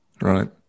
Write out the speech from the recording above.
Right